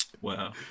Wow